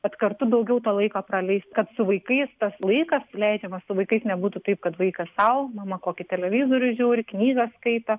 kad kartu daugiau to laiko praleis kad su vaikais tas laikas leidžiamas su vaikais nebūtų taip kad vaikas sau mama kokį televizorių žiūri knygą skaito